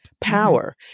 power